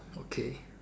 okay